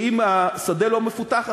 שאם השדה לא מפותח,